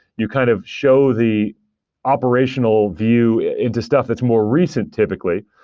you kind of show the operational view into stuff that's more recent, typically.